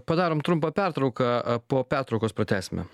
padarom trumpą pertrauką po pertraukos pratęsime